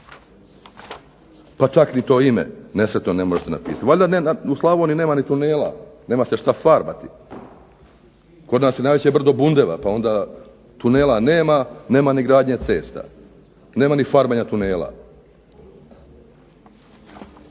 Pa čak ni to ime nesretno ne može se napisati. U Slavoniji nema ni tunela, nema se što farbati, kod nas je najveće brdo Bundeva, pa onda tunela nema, nema ni gradnje cesta, nema ni farbanja tunela.